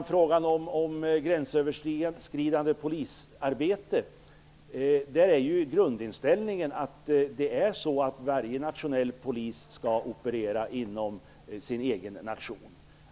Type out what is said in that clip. När det gäller frågan om gränsöverskridande polisarbete är grundinställningen att varje nationell polis skall operera inom sin egen nation.